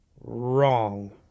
wrong